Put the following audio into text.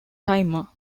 timer